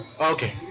Okay